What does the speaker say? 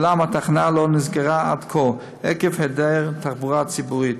אולם התחנה לא נסגרה עד כה עקב היעדר תחבורה ציבורית.